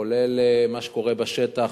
כולל מה שקורה בשטח,